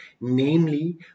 namely